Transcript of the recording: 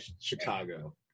Chicago